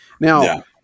now